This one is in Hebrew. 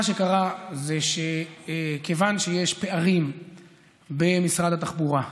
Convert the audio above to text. מה שקרה זה שיש פערים במשרד התחבורה,